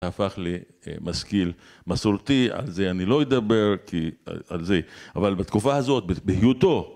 הפך למשכיל מסורתי על זה אני לא אדבר כי על זה. אבל בתקופה הזאת בהיותו